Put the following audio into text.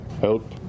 help